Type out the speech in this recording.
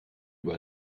über